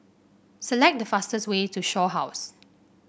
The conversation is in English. select the fastest way to Shaw House